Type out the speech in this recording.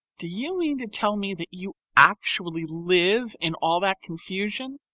do you mean to tell me that you actually live in all that confusion?